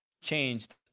changed